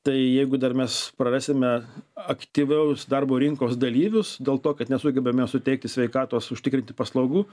tai jeigu dar mes prarasime aktyvaus darbo rinkos dalyvius dėl to kad nesugebame suteikti sveikatos užtikrinti paslaugų